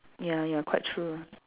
ya ya quite true